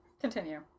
Continue